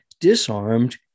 disarmed